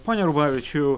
pone rubavičiau